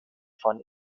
von